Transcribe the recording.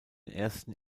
ersten